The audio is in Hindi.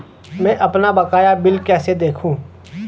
मैं अपना बकाया बिल कैसे देखूं?